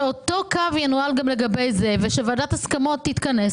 שאותו קו ינוהל גם לגבי זה ושוועדת ההסכמות תתכנס,